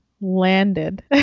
landed